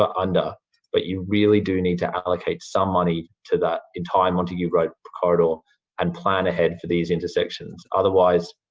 ah and but you really do need to allocate some money to that entire montague road corridor and plan ahead for these intersections. otherwise,